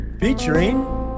Featuring